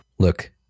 Look